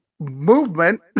movement